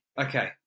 Okay